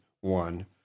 one